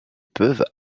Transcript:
peuvent